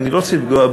אני לא רוצה לפגוע,